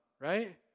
right